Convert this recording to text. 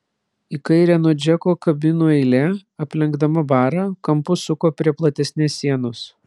į kairę nuo džeko kabinų eilė aplenkdama barą kampu suko prie platesnės sienos